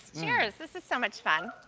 cheers, this is so much fun.